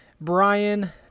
Brian